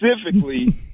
specifically